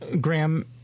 Graham